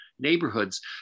neighborhoods